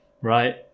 right